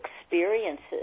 experiences